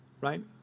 Right